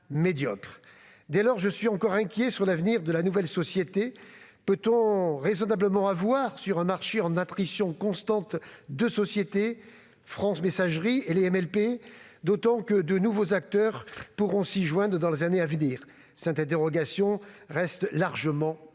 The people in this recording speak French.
Dès lors, je suis encore inquiet sur l'avenir de la nouvelle société. Peut-on raisonnablement avoir sur un marché en attrition constante deux sociétés, France Messagerie et les Messageries lyonnaises de presse (MLP), d'autant plus que de nouveaux acteurs pourront s'y joindre dans les années à venir ? Cette interrogation reste largement ouverte.